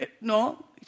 no